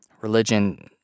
Religion